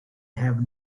have